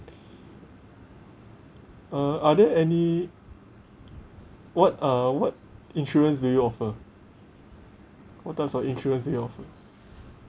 uh are there any what uh what insurance do you offer what types of insurance that you offer